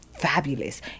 Fabulous